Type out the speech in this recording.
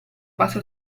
base